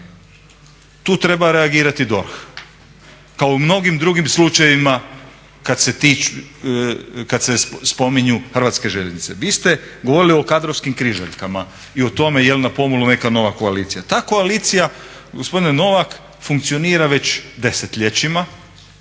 Tu treba reagirati DORH kao u mnogim drugim slučajevima kada se spominju Hrvatske željeznice. Vi ste govorili o kadrovskim križaljkama i o tome je li na pomolu neka nova koalicija. Ta koalicija gospodine Novak funkcionira već desetljećima